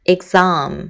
Exam